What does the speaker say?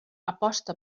aposta